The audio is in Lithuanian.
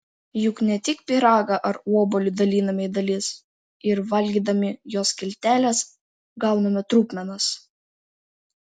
juk ne tik pyragą ar obuolį daliname į dalis ir valgydami jo skilteles gauname trupmenas